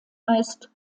meist